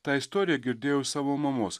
tą istoriją girdėjau iš savo mamos